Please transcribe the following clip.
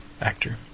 actor